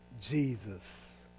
Jesus